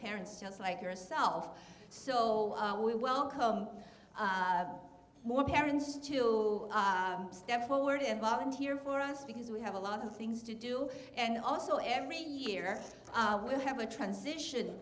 parents just like yourself so we welcome more parents to step forward and volunteer for us because we have a lot of things to do and also every year we have a transition